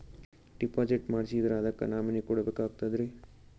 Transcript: Deposit ಮಾಡ್ಸಿದ್ರ ಅದಕ್ಕ nominee ಕೊಡಬೇಕಾಗ್ತದ್ರಿ?